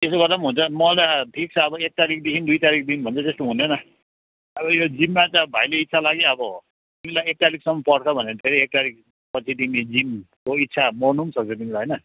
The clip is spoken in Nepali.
त्यसो गर्दा पनि हुन्छ महिना ठिक छ अब एक तारिकदेखिन् दुई तारिकदेखिन् भन्दै त्यस्तो हुँदैन अब यो जिममा त भाइले इच्छा लागे अब तिमीलाई एक तारिकसम्म पर्ख भनेर फेरि एक तारिकपछि तिमी जिमको इच्छा मर्नु पनि सक्छ तिमीलाई होइन